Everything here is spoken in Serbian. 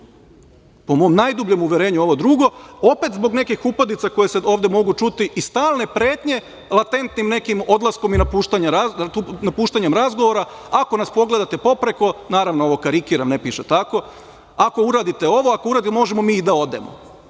po mom najdubljem uverenju ovo drugo, opet zbog nekih upadica koje se ovde mogu čuti i stalne pretnje latentnim nekim odlaskom i napuštanjem razgovora, ako nas pogledate popreko, naravno, ovo karikiram, ne piše tako, ako uradite ovo, možemo i mi da odemo.